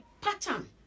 pattern